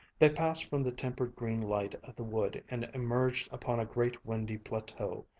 they passed from the tempered green light of the wood and emerged upon a great windy plateau,